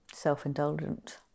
self-indulgent